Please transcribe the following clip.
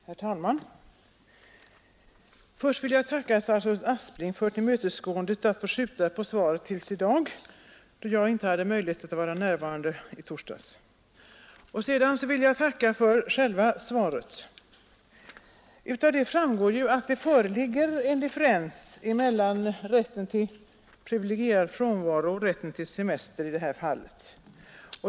Herr talman! Först vill jag tacka statsrådet Aspling för tillmötesgåendet att skjuta på svaret till i dag, då jag inte hade möjlighet att vara närvarande i torsdags. Sedan vill jag tacka för själva svaret, av vilket framgår att det föreligger en differens mellan rätten till privilegierad frånvaro och rätten till semester i detta fall.